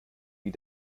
wie